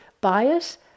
bias